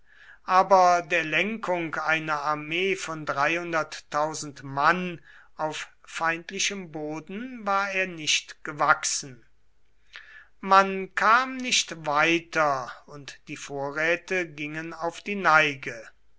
aber der lenkung einer armee von mann auf feindlichem boden war er nicht gewachsen man kam nicht weiter und die vorräte gingen auf die neige